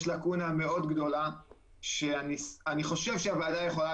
יש לקונה מאוד גדולה שאני חושב שהוועדה יכולה